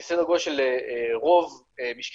שייקח מספר שנים וברור לנו גם בד בבד שייתכן שחלק